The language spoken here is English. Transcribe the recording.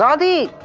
ah the